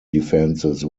defenses